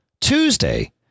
Tuesday